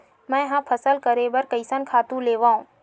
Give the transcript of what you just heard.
मैं ह फसल करे बर कइसन खातु लेवां?